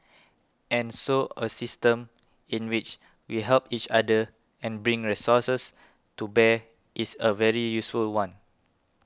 and so a system in which we help each other and bring resources to bear is a very useful one